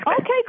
Okay